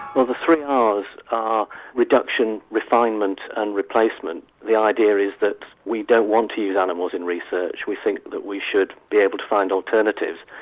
but the three ah rs are reduction, refinement and replacement. the idea is that we don't want to use animals in research, we think we should be able to find alternatives.